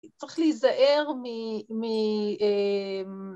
צריך להיזהר מ...